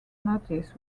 notice